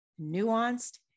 nuanced